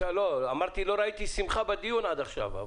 אמרתי שלא ראיתי שמחה בדיון עד עכשיו.